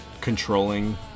Controlling